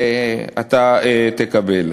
אתה תקבל.